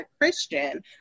Christian